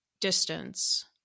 distance